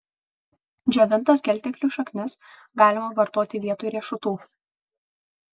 džiovintas gelteklių šaknis galima vartoti vietoj riešutų